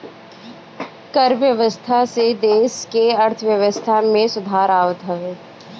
कर व्यवस्था से देस के अर्थव्यवस्था में सुधार आवत हवे